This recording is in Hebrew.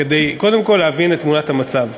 כדי להבין קודם כול את תמונת המצב.